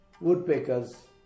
Woodpeckers